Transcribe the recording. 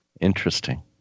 Interesting